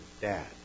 dad